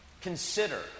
Consider